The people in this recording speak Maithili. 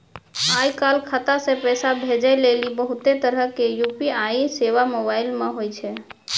आय काल खाता से पैसा भेजै लेली बहुते तरहो के यू.पी.आई सेबा मोबाइल मे होय छै